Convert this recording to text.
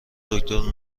دکتر